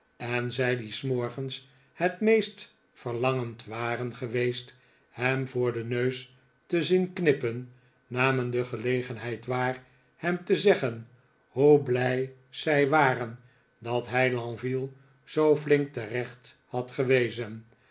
en zij die s morgens het meest verlangend waren geweest hem voor den neus te zien knippen namen deze gelegenheid waar hem te zeggen hoe blij zij waren dat hij lenville zoo flink terecht had gewezen